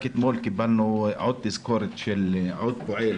רק אתמול קיבלנו עוד תזכורת שעוד פועל